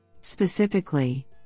Specifically